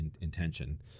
intention